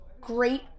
great